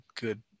good